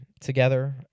together